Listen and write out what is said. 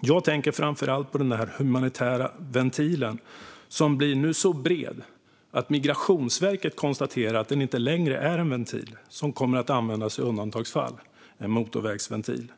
Jag tänker framför allt på den humanitära ventilen som nu blir så bred att Migrationsverket konstaterar att den inte längre är en ventil som kommer att användas i undantagsfall - det blir en motorvägsventil.